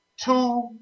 two